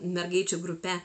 mergaičių grupe